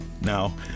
Now